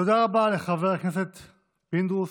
תודה רבה לחבר הכנסת פינדרוס.